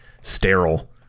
sterile